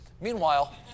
Meanwhile